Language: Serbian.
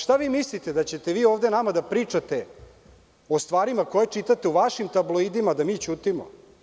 Šta mislite da ćete nama ovde da pričate o stvarima koje čitate u vašim tabloidima da mi ćutimo?